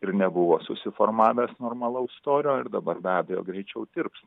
ir nebuvo susiformavęs normalaus storio ir dabar be abejo greičiau tirps